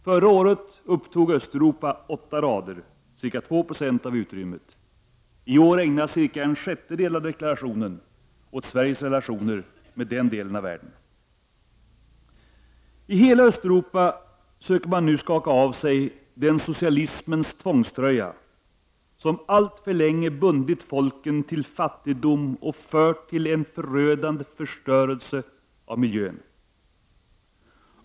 Förra året upptog Östeuropa åtta rader, ca 2 Yo, av utrymmet. I år ägnas cirka en sjättedel av deklarationen åt Sveriges relationer med den delen av världen. I hela Östeuropa söker man nu skaka av sig den socialismens tvångströja som alltför länge bundit folken till fattigdom och lett till en förödande förstörelse av miljön.